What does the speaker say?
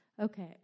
Okay